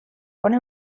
one